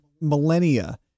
millennia